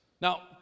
Now